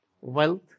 wealth